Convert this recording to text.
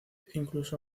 incluso